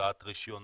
הוצאת רישיונות,